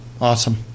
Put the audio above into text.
Awesome